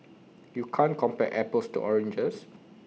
you can't compare apples to oranges